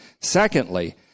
Secondly